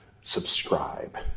subscribe